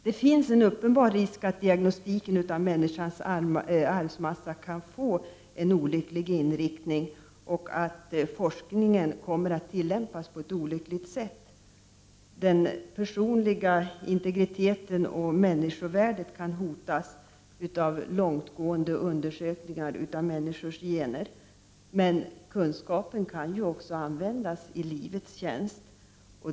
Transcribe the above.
Det finns en uppenbar risk att diagnostiken av människans arvsmassa kan få en olycklig inriktning och att forskningen kommer att tillämpas på ett olyckligt sätt. Den personliga integriteten och människovärdet kan hotas av långtgående undersökningar av människors gener. Men kunskapen kan också användas i livets tjänst.